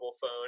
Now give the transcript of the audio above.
phone